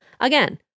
Again